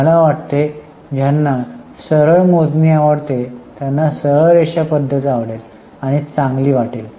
मला वाटते ज्यांना सरळ मोजणी आवडते त्यांना सरळ रेषा पद्धत आवडेल आणि चांगली वाटेल